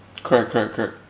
correct correct correct